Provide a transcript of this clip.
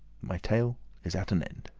my tale is at an end.